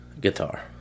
guitar